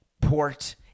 Port